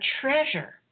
treasure